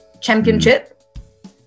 Championship